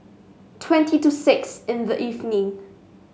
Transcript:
twenty to six in the evening